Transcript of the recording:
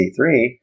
C3